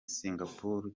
singapore